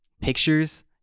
pictures